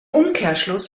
umkehrschluss